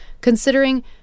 considering